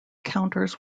counters